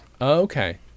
Okay